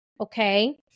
okay